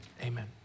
Amen